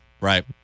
right